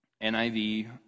NIV